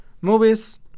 Movies